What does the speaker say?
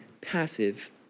passive